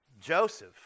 Joseph